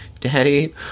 Daddy